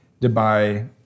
Dubai